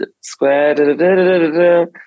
square